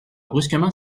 brusquement